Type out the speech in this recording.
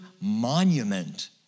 monument